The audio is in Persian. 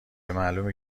معلومه